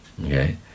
Okay